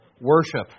worship